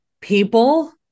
people